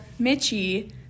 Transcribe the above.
Mitchie